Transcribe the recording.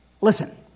Listen